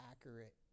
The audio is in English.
accurate